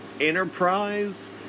enterprise